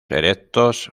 erectos